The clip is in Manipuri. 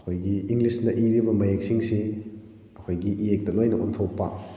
ꯑꯩꯈꯣꯏꯒꯤ ꯏꯪꯂꯤꯁꯅ ꯏꯔꯤꯕ ꯃꯌꯦꯛꯁꯤꯡꯁꯤ ꯑꯩꯈꯣꯏꯒꯤ ꯏꯌꯦꯛꯇ ꯂꯣꯏꯅ ꯑꯣꯟꯊꯣꯛꯄ